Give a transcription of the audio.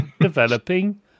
developing